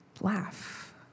laugh